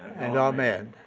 and amen.